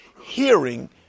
hearing